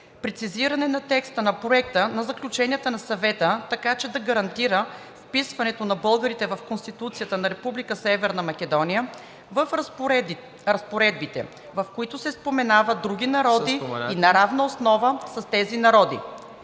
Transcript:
прецизиране на текста на Проекта за Заключение на Съвета, така че да гарантира вписването на българите в Конституцията на Република Северна Македония в разпоредбите, в които са споменати други народи, и на равна основа с тези народи;